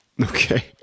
Okay